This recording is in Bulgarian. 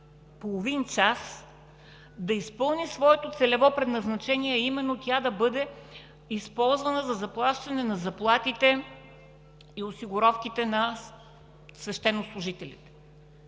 половин час, да изпълни своето целево предназначение, а именно тя да бъде използвана за заплащане на заплатите и осигуровките на свещенослужителите.